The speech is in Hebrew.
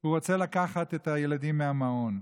הוא רוצה לקחת את הילדים מהמעון?